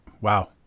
wow